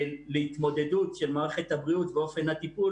להתמודדות של מערכת הבריאות ואופן הטיפול